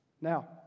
Now